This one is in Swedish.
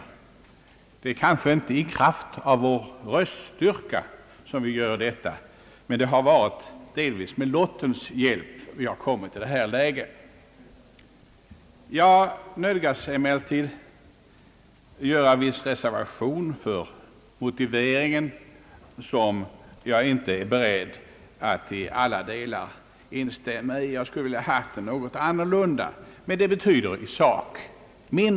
Det kanske inte är i kraft av vår röststyrka som vi gör det, utan det är delvis med lottens hjälp vi har kommit i detta läge. Jag nödgas emellertid att göra en viss reservation för motiveringen, som jag inte är beredd att i alla delar instämma i. Jag skulle ha velat haft den något annorlunda, men det betyder mindre i sak.